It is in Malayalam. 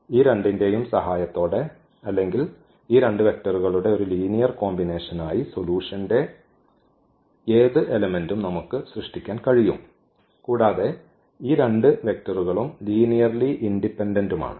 ഈ രണ്ടിന്റെയും സഹായത്തോടെ അല്ലെങ്കിൽ ഈ രണ്ട് വെക്റ്ററുകളുടെ ഒരു ലീനിയർ കോമ്പിനേഷനായി സൊല്യൂഷൻറെ ഏത് എലെമെന്റും നമുക്ക് സൃഷ്ടിക്കാൻ കഴിയും കൂടാതെ ഈ രണ്ട് വെക്റ്ററുകളും ലീനിയർലി ഇൻഡിപെൻഡന്റ് ആണ്